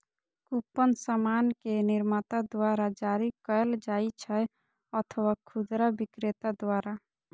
coupon सामान के निर्माता द्वारा जारी कैल जाइ छै अथवा खुदरा बिक्रेता द्वारा